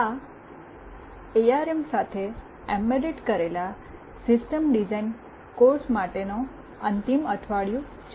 આ એઆરએમ સાથે એમ્બેડ કરેલા સિસ્ટમ ડિઝાઇન કોર્સ માટેનો અંતિમ અઠવાડિયું છે